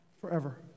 forever